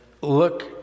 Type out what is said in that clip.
look